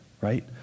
right